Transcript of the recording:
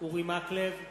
אורי מקלב,